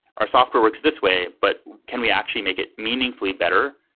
our software works this way, but can we actually make it meaningfully better?